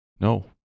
No